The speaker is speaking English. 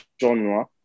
genre